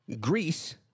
Greece